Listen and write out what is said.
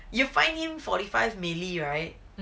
you fine him forty five milli right